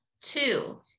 two